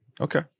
Okay